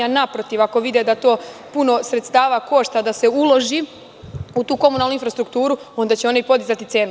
Naprotiv, ako vide da to puno sredstava košta da se uloži u tu komunalnu infrastrukturu, onda će oni podizati cenu.